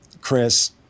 Chris